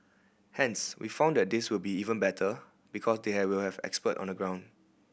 hence we found that this will be even better because they have will have expert on the ground